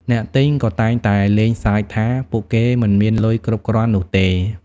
អ្នកទិញក៏តែងតែលេងសើចថាពួកគេមិនមានលុយគ្រប់គ្រាន់នោះទេ។